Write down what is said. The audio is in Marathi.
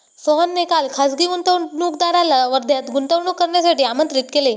सोहनने काल खासगी गुंतवणूकदाराला वर्ध्यात गुंतवणूक करण्यासाठी आमंत्रित केले